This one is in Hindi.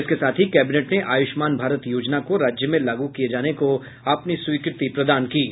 इसके साथ ही कैबिनेट ने आयुष्मान भारत योजना को राज्य में लागू किये जाने को अपनी स्वीकृति प्रदान की है